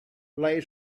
lay